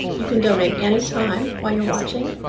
you can donate any time while you're watching,